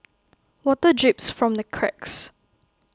water drips from the cracks